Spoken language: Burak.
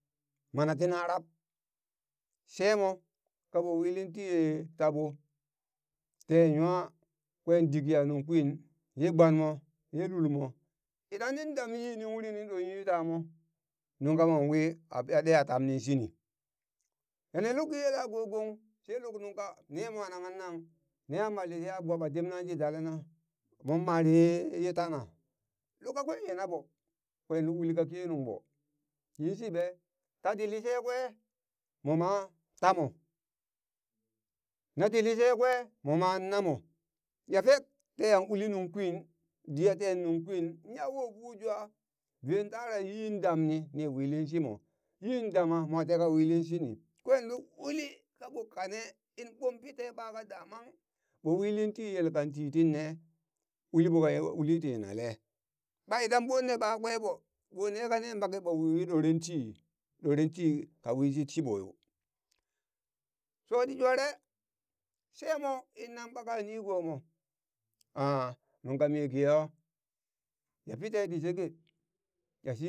Mana ti na rab shemo kaɓo wilin tii ye taɓo ten nwa kwen di kiya nuŋ kwin ye gbanmo ye lulmo idan nin dam yi nin uri nin ɗoyi tamo nungka monwi a piha ɗe a tamning shini yane lukki yela ko gong she luk nugka ni ne mwa nange nang neha ma lisheha gbob a temna shi dale na mon mare ye ye tana luk kakwe yina ɓo kwen luk uli ka kenung ɓo yinshiɓe? tati lishekwe moma tamo nati lishekwe moma namo ya fek teyan uli nung kwin diya ten nung kwin inya wofu jwa veen tara yin damni ni wili shimo yin dama moteka wilin shini, kwen luk uli kaɓo kane in ɓon pite ɓaka damang ɓo wilin ti yela ti tinne uliɓo ka uli ti yianale, ɓa idan ɓo ne ɓakwe ɓo ɓo neka neen ɓake ɓo wi ɗorenti, ɗorenti ka whishit shiɓoyo shoti jware shemo inna ɓaka nigomo nungka mi geha ya pite ti sheke